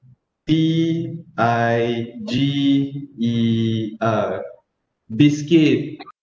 T I G E R biscuit